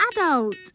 Adult